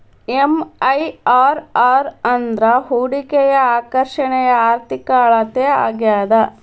MIRR ಅಂದ್ರ ಹೂಡಿಕೆಯ ಆಕರ್ಷಣೆಯ ಆರ್ಥಿಕ ಅಳತೆ ಆಗ್ಯಾದ